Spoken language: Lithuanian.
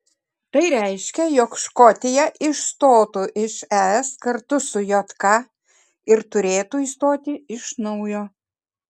tai reiškia jog škotija išstotų iš es kartu su jk ir turėtų įstoti iš naujo